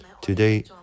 Today